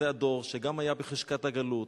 זה הדור שגם היה בחשכת הגלות,